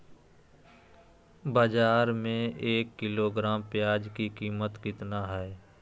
बाजार में एक किलोग्राम प्याज के कीमत कितना हाय?